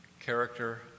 character